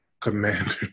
Commander